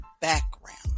background